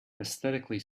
aesthetically